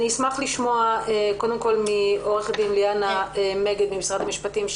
אשמח לשמוע קודם כול מעו"ד ליאנה בלומנפלד מגד ממשרד המשפטים,